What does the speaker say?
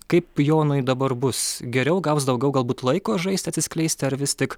kaip jonui dabar bus geriau gaus daugiau galbūt laiko žaisti atsiskleisti ar vis tik